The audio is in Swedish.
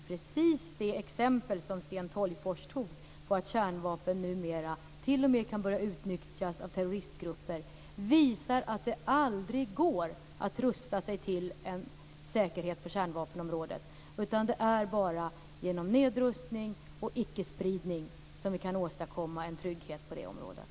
Precis det exempel som Sten Tolgfors tog på att kärnvapen numera t.o.m. kan börja utnyttjas av terroristgrupper visar att det aldrig går att rusta sig till en säkerhet på kärnvapenområdet. Det är bara genom nedrustning och ickespridning som vi kan åstadkomma en trygghet på det området.